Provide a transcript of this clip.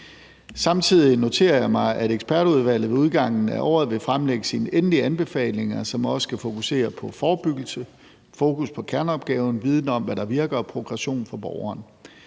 Samtidig noterer jeg mig, at ekspertudvalget ved udgangen af året vil fremlægge sine endelige anbefalinger, som også skal fokusere på forebyggelse, fokus på kerneopgaven, viden om, hvad der virker, og progression for borgeren.